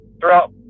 throughout